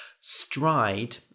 Stride